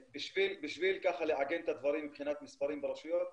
בשביל לעגן את הדברים מבחינת מספרים ברשויות,